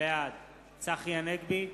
בעד צחי הנגבי,